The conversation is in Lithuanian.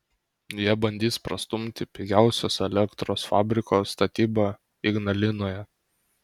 jie bandys prastumti pigiausios elektros fabriko statybą ignalinoje